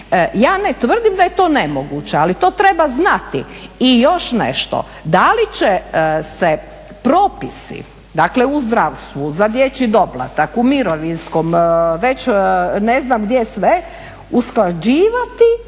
Ja ne tvrdim da je to nemoguće, ali to treba znati. I još nešto, da li će se propisi, dakle u zdravstvu, za dječji doplatak, u mirovinskom, već ne znam gdje sve usklađivati